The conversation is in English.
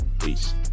Peace